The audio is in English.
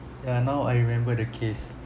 ya now I remember the case